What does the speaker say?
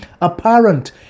apparent